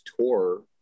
tour